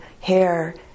hair